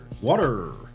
Water